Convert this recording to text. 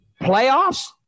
Playoffs